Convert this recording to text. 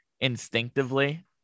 instinctively